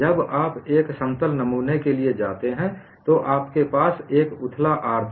जब आप एक समतल स्ट्रेन नमूने के लिए जाते हैं तो आपके पास एक उथला R था